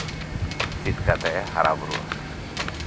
ᱪᱮᱫ ᱠᱟᱛᱮᱜᱼᱮ ᱦᱟᱨᱟ ᱵᱩᱨᱩᱜᱼᱟ